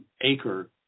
acre